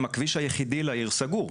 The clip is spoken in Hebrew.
אם הכביש היחידי לעיר סגור.